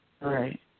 right